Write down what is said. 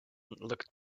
looked